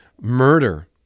murder